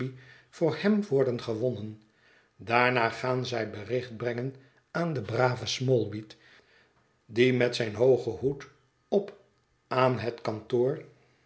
voor hem worden gewonnen daarna gaan zij bericht brengen aan den braven smallweed die met zijn hoogen hoed op aan het kantoor